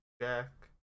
Jack